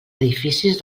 edificis